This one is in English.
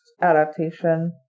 adaptation